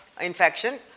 infection